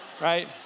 right